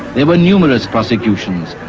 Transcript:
there were numerous prosecutions,